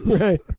Right